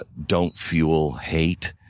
but don't fuel hate.